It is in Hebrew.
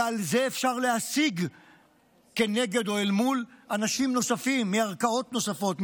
ועל זה אפשר להשיג אל מול אנשים נוספים מערכאות נוספות,